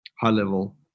high-level